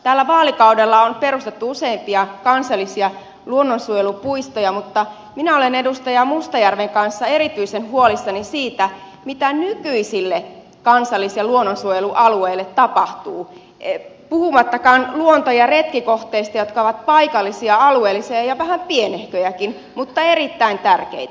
tällä vaalikaudella on perustettu useampia kansallisia luonnonsuojelupuistoja mutta minä olen edustaja mustajärven kanssa erityisen huolissani siitä mitä nykyisille kansallis ja luonnonsuojelualueille tapahtuu puhumattakaan luonto ja retkikohteista jotka ovat paikallisia alueellisia ja vähän pienehköjäkin mutta erittäin tärkeitä